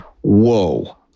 whoa